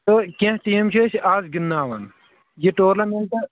تہٕ کینٛہہ ٹیٖم چھِ أسۍ آز گِنٛدناوان یہِ ٹورنامٮ۪نٛٹ